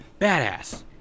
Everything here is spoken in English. badass